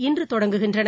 இன்று தொடங்குகின்றன